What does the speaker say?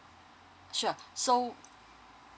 sure so